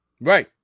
right